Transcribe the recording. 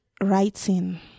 writing